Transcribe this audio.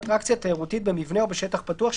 אטרקציה תיירותית במבנה או בשטח פתוח,